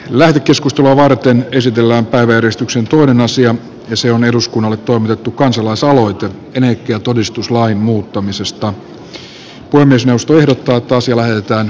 lämpökeskusta varten esitellään päiväjärjestyksen tunnen asian pysyvän eduskunnalle tunnettu kansalaisaloite puhemiesneuvosto ehdottaa että asia lähetetään ympäristövaliokuntaan